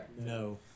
no